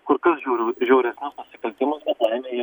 kur kas žiauriau žiauresnius nusikaltimus bet laimė jie